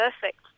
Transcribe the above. perfect